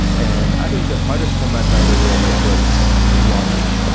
and i think the hardest format by the way was logic.